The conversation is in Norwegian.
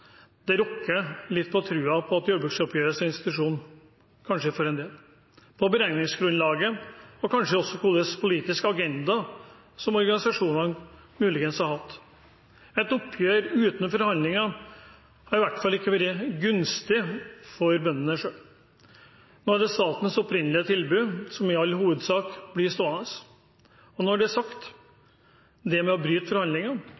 litt ved troen på jordbruksoppgjøret som institusjon, på beregningsgrunnlaget og kanskje også hvilken politisk agenda organisasjonene muligens har hatt. Et oppgjør uten forhandlinger har i hvert fall ikke vært gunstig for bøndene selv. Nå er det statens opprinnelige tilbud som i all hovedsak blir stående. Når det er sagt – det å bryte forhandlingene